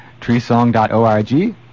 treesong.org